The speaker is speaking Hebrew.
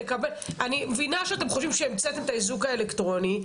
אני מבינה שאתם חושבים שהמצאתם את האיזוק האלקטרוני,